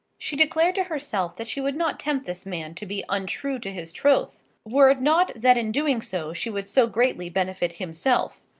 she declared to herself that she would not tempt this man to be untrue to his troth, were it not that in doing so she would so greatly benefit himself.